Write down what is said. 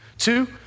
Two